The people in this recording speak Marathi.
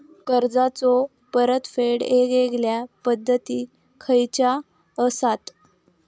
कर्जाचो परतफेड येगयेगल्या पद्धती खयच्या असात?